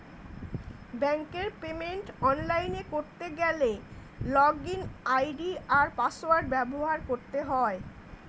ব্যাঙ্কের পেমেন্ট অনলাইনে করতে গেলে লগইন আই.ডি আর পাসওয়ার্ড ব্যবহার করতে হয়